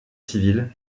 civile